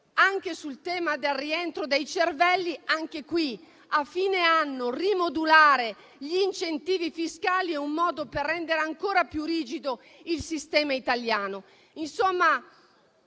Anche sul tema del rientro dei cervelli, la rimodulazione a fine anno degli incentivi fiscali è un modo per rendere ancora più rigido il sistema italiano.